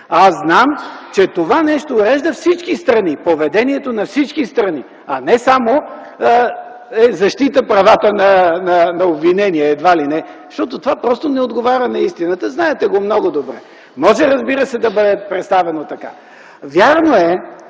Аз знам, че това нещо урежда всички страни, поведението на всички страни, а не само защита правата на обвинение, едва ли не защото това просто не отговаря на истината. Знаете го много добре. Разбира се, може да бъде представено така. Вярно е,